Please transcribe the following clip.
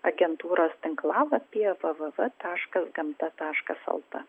agentūros tinklalapyje www taškas gamta taškas lt